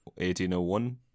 1801